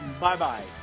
Bye-bye